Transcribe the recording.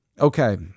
Okay